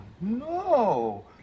no